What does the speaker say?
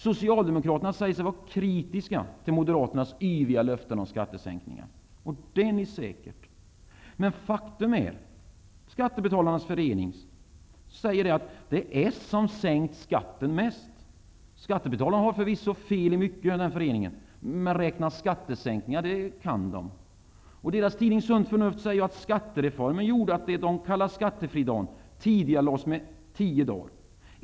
Socialdemokraterna säger sig vara kritiska till moderaternas yviga löften om skattesänkningar. Det är ni säkert. Men faktum är, t.ex enligt Skattebetalarnas förening, att det är s som sänkt skatten mest. Skattebetalarnas förening har förvisso fel i mycket, men räkna skattesänkningar kan de. Skattebetalarnas förenings tidning Sunt förnuft säger att skattereformen gjorde att det de kallar skattefridagen tidigarelades med ca 10 dagar.